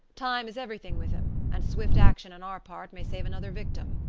time is everything with him and swift action on our part may save another victim.